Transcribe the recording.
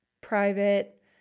private